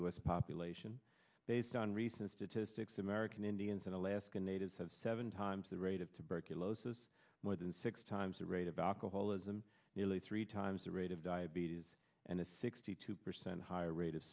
us population based on recent statistics american indians and alaska natives have seven times the rate of tuberculosis more than six times the rate of alcoholism nearly three times the rate of diabetes and a sixty two percent higher rate of